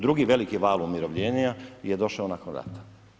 Drugi veliki val umirovljenja je došao nakon rata.